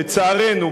לצערנו,